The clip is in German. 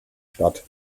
statt